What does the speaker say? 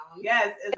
Yes